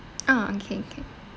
ah okay okay